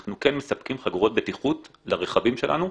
אנחנו כן מספקים חגורות בטיחות לרכבים שלנו,